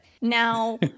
Now